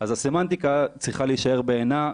אז הסמנטיקה צריכה להישאר בעינה,